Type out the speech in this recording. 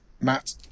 Matt